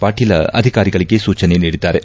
ಪಾಟೀಲ ಅಧಿಕಾರಿಗಳಿಗೆ ಸೂಚನೆ ನೀಡಿದ್ದಾರೆ